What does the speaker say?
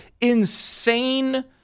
insane